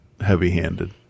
heavy-handed